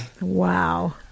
wow